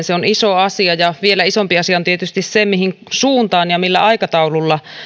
se on iso asia ja vielä isompi asia on tietysti se mihin suuntaan ja millä aikataululla